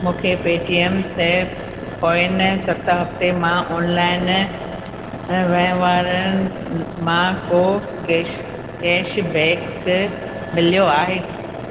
मूंखे पेटीएम ते पोयनि सत हफ़्ते मां ऑनलाइन वहिंवारनि मां को कैश कैशबैक मिलियो आहे